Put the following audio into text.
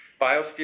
BioSteel